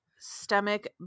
stomach